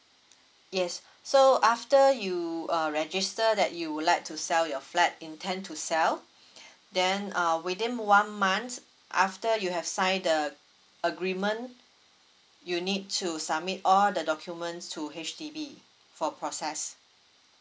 yes so after you uh register that you would like to sell your flat intend to sell then uh within one month after you have sign the agreement you need to submit all the documents to H_D_B for process